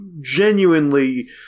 genuinely –